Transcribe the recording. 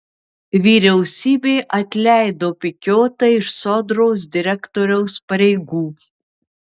vyriausybė atleido pikiotą iš sodros direktoriaus pareigų